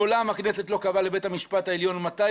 מעולם הכנסת לא קבעה לבית המשפט העליון מתי